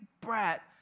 brat